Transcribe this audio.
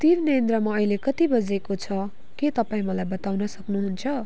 तिरनेन्द्रमा अहिले कति बजेको छ के तपाईँँ मलाई बताउन सक्नुहुन्छ